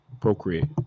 procreate